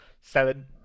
Seven